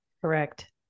Correct